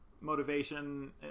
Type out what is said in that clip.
motivation